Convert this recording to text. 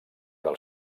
del